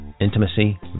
intimacy